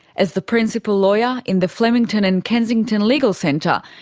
as the principal lawyer in the flemington and kensington legal centre,